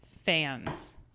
fans